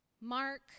Mark